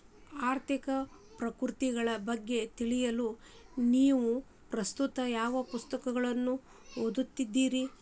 ಆರ್ಥಿಕ ಪ್ರವೃತ್ತಿಗಳ ಬಗ್ಗೆ ತಿಳಿಯಲು ನೇವು ಪ್ರಸ್ತುತ ಯಾವ ಪುಸ್ತಕಗಳನ್ನ ಓದ್ಲಿಕತ್ತಿರಿ?